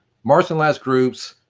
marginalised groups,